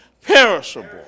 perishable